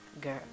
girl